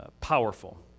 powerful